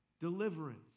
Deliverance